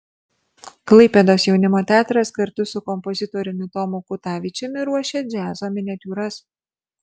klaipėdos jaunimo teatras kartu su kompozitoriumi tomu kutavičiumi ruošia džiazo miniatiūras